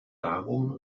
darum